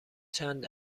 چند